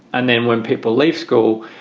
and then when people leave school,